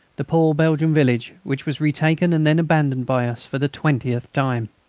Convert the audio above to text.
the poor belgian village which was retaken and then abandoned by us for the twentieth time.